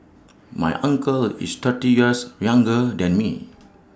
my uncle is thirty years younger than me